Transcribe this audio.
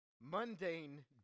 mundane